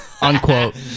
Unquote